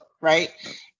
right